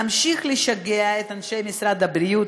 נמשיך לשגע את אנשי משרד הבריאות,